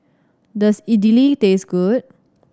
does Idili taste good